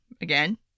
again